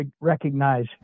recognize